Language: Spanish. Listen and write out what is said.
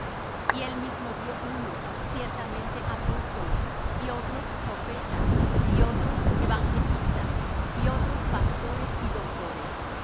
y él mismo dió unos ciertamente apóstoles y otros profetas y otros evangelistas y otros pastores y doctores